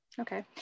Okay